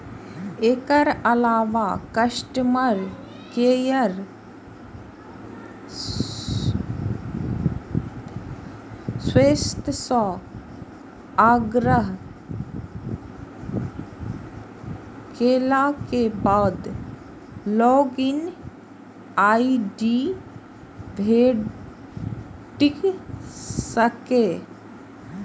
एकर अलावा customer care service सं आग्रह केलाक बाद लॉग इन आई.डी भेटि सकैए